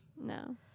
No